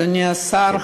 אדוני השר,